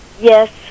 Yes